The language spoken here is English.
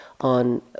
on